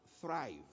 thrive